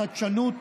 החדשנות,